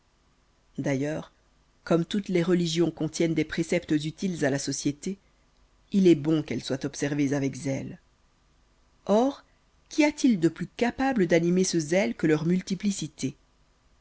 d'ailleurs comme toutes les religions contiennent des préceptes utiles à la société il est bon qu'elles soient observées avec zèle or qu'y a-t-il de plus capable d'animer ce zèle que leur multiplicité